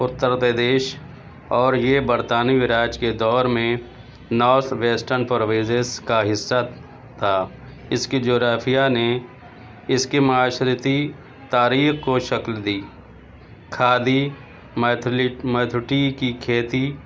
اتر پردیش اور یہ برطانوی راج کے دور میں کا حصہ تھا اس کی جغرافیہ نے اس کی معاشرتی تاریخ کو شکل دی کھادی میتھلی میتھوٹی کی کھیتی